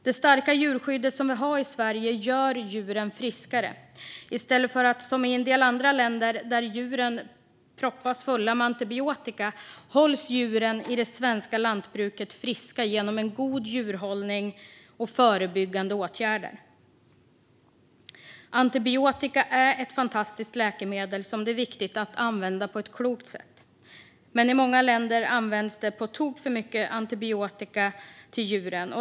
Det starka djurskydd som vi har i Sverige gör djuren friskare. I stället för att, som i en del andra länder, proppas fulla med antibiotika hålls djuren i det svenska lantbruket friska genom god djurhållning och förebyggande åtgärder. Antibiotika är ett fantastiskt läkemedel, som det är viktigt att använda på ett klokt sätt. Men i många länder används det på tok för mycket antibiotika till djuren.